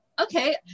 Okay